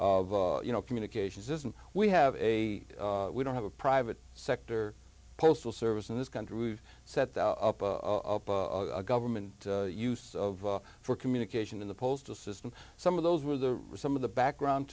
you know communications system we have a we don't have a private sector postal service in this country we've set up a government use of for communication in the postal system some of those were the some of the background